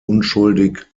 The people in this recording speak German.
unschuldig